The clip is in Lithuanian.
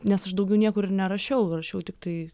nes aš daugiau niekur ir nerašiau rašiau tiktai